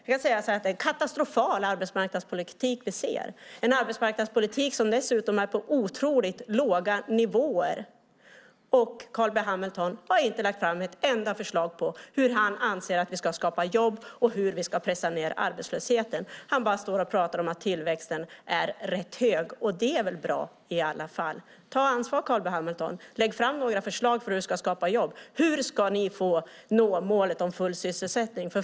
Jag skulle vilja säga att det är en katastrofal arbetsmarknadspolitik vi ser. Det är dessutom en arbetsmarknadspolitik med otroligt låga nivåer. Och Carl B Hamilton har inte lagt fram ett enda förslag på hur han anser att vi ska skapa jobb och pressa ned arbetslösheten. Han står bara och pratar om att tillväxten är rätt hög, och det är väl bra i alla fall. Ta ansvar, Carl B Hamilton, och lägg fram några förslag på hur du skapar jobb! Hur ska ni nå målet om full sysselsättning?